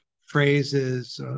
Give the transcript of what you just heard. phrases